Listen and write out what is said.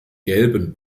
gelben